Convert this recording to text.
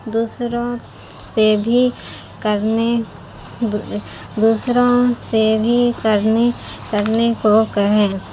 دوسروں سے بھی کرنے دوسروں سے بھی کرنے کرنے کو کہیں